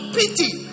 pity